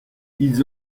ils